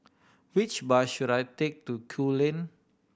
which bus should I take to Kew Lane